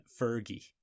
Fergie